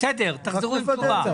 תחזרו עם תשובה.